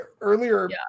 earlier